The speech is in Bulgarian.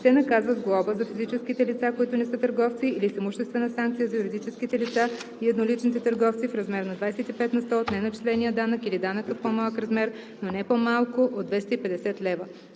се наказва с глоба – за физическите лица, които не са търговци, или с имуществена санкция – за юридическите лица и едноличните търговци, в размер 25 на сто от неначисления данък или данъка в по-малък размер, но не по малко от 250 лв.